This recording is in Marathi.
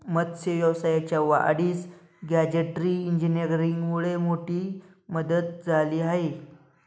मत्स्य व्यवसायाच्या वाढीस गॅजेटरी इंजिनीअरिंगमुळे मोठी मदत झाली आहे